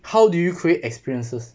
how do you create experiences